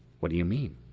what do you mean?